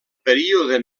període